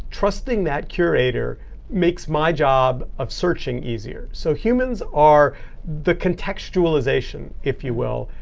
trusting that curator makes my job of searching easier. so humans are the contextualization, if you will,